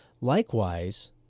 Likewise